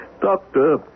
Doctor